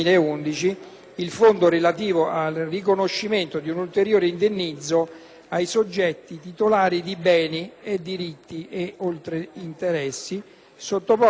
ai soggetti titolari di beni e diritti, oltre ad interessi, sottoposti in Libia a misure limitative. Questa è la cifra suggeritaci